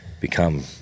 become